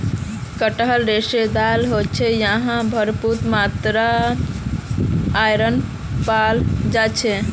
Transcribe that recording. कटहल रेशेदार ह छेक यहात भरपूर मात्रात आयरन पाल जा छेक